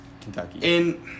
Kentucky